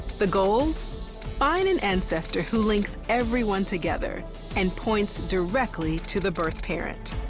the goal find an ancestor who links everyone together and points directly to the birth parent.